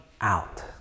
out